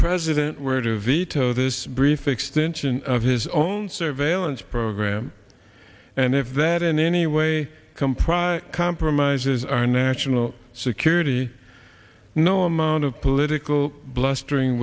president were to veto this brief extension of his own surveillance program and if that in any way comprise compromises our national security no amount of political blustering